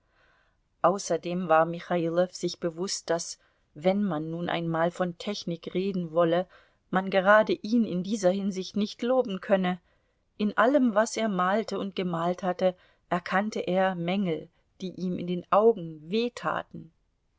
außerdem war michailow sich bewußt daß wenn man nun einmal von technik reden wolle man gerade ihn in dieser hinsicht nicht loben könne in allem was er malte und gemalt hatte erkannte er mängel die ihm in den augen weh taten